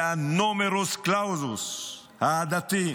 זה הנומרוס קלאוזוס העדתי.